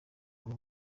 uru